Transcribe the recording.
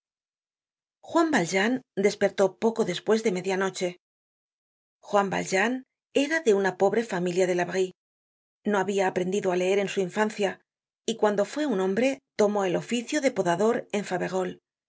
juan valjean despertó poco despues de media noche juan valjean era de una pobre familia de la brie no habia aprendido á leer en su infancia y cuando fue hombre tomó el oficio de podador en faverolles su